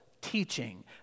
teaching